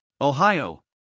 Ohio